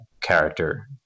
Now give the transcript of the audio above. character